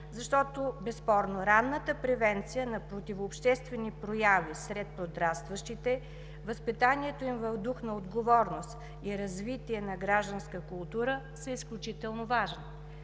защото безспорно ранната превенция на противообществени прояви сред подрастващите, възпитанието им в дух на отговорност и развитие на гражданска култура са изключително важни?